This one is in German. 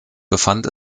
befand